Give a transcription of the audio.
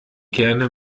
kerne